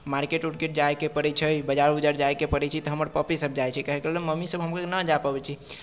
market उर्केट जाइके पड़ैत छै बाजार उजार जाइके पड़ैत छै तऽ हमर पप्पेसभ जाइत छै काहेके लेल मम्मीसभ हम लोकके न जा पबैत छै